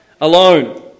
alone